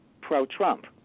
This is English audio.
pro-Trump